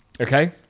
Okay